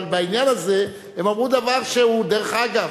אבל בעניין הזה הם אמרו דבר שהוא, דרך אגב,